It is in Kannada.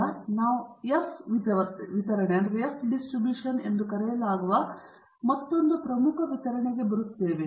ಈಗ ನಾವು ಎಫ್ ವಿತರಣೆ ಎಂದು ಕರೆಯಲಾಗುವ ಮತ್ತೊಂದು ಪ್ರಮುಖ ವಿತರಣೆಗೆ ಬರುತ್ತೇವೆ